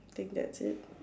think that's it